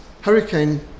hurricane